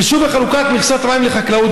חישוב מכסות המים לחקלאות,